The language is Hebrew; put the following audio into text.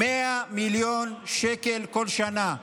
100 מיליון שקל כל שנה.